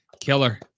Killer